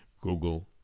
Google